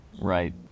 Right